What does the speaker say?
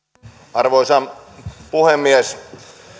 arvoisa puhemies